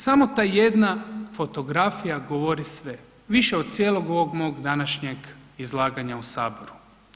Samo ta jedna fotografija govori sve više od cijelog ovog mog današnjeg izlaganja u saboru.